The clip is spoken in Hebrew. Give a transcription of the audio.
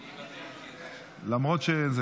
מוותר,